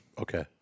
Okay